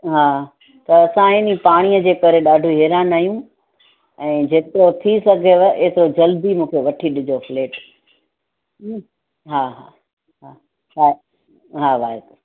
हा त असां आए नी पाणीअ जे करे ॾाढो हेरान आहियूं ऐं जेतिरो थी सघेव एतिरो जल्दी मूंखे वठी ॾिजो फ्लैट हा हा हा छा हा वाहेगुरु